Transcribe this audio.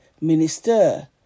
minister